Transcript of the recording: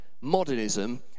modernism